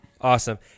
Awesome